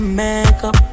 makeup